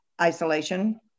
isolation